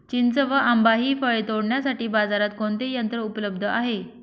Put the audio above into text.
चिंच व आंबा हि फळे तोडण्यासाठी बाजारात कोणते यंत्र उपलब्ध आहे?